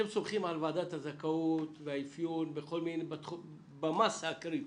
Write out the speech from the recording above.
אתם סומכים על ועדת הזכאות והאפיון במסה הקריטית.